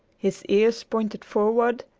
his ears pointed forward,